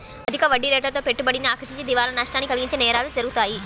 అధిక వడ్డీరేట్లతో పెట్టుబడిని ఆకర్షించి దివాలా నష్టాన్ని కలిగించే నేరాలు జరుగుతాయి